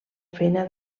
feina